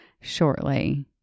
shortly